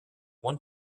one